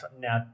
now